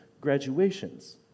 graduations